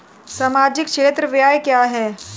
सामाजिक क्षेत्र व्यय क्या है?